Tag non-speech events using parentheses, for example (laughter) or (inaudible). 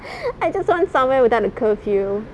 (laughs) I just want somewhere without a curfew